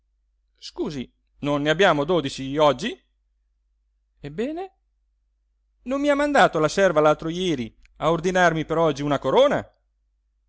scusi non ne abbiamo oggi ebbene non mi ha mandato la serva l'altro jeri a ordinarmi per oggi una corona